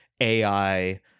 AI